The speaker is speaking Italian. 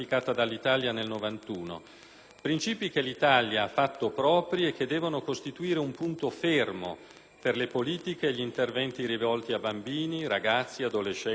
principi che l'Italia ha fatto propri e che devono costituire un punto fermo per le politiche e gli interventi rivolti a bambini, ragazzi, adolescenti di ogni provenienza.